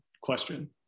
question